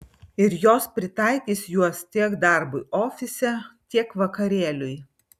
ir jos pritaikys juos tiek darbui ofise tiek vakarėliui